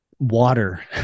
water